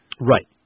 Right